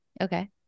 Okay